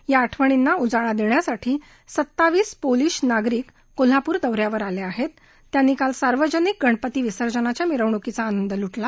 या आठवणींना उजाळा दष्ट्यासाठी सत्तावीस पोलीस नागरिक कोल्हापूर दौऱ्यावर आलआहस्त त्यांनी काल सार्वजनिक गणपती विसर्जनाच्या मिरवणुकीचा आनंद लु झि